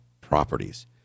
properties